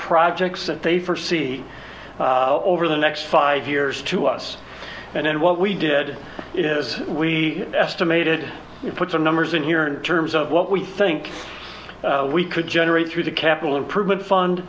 projects that they first see over the next five years to us and then what we did is we estimated put some numbers in here in terms of what we think we could generate through the capital improvement fund